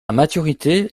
maturité